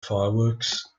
fireworks